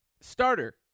starter